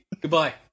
Goodbye